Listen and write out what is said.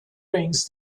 rings